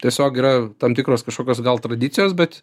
tiesiog yra tam tikros kažkokios gal tradicijos bet